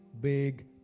big